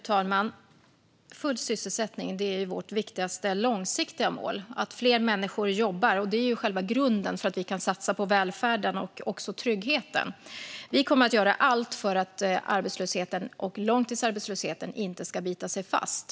Fru talman! Full sysselsättning är vårt viktigaste långsiktiga mål. Att fler människor jobbar är själva grunden för att kunna satsa på välfärden och tryggheten. Vi kommer att göra allt för att arbetslösheten och långtidsarbetslösheten inte ska bita sig fast.